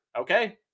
okay